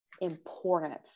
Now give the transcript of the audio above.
important